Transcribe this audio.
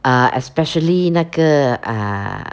uh especially 那个 err